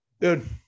dude